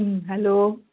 hello